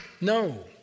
No